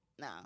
No